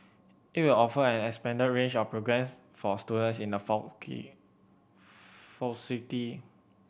it will offer an expanded range of programmes for students in the faculty